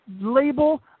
label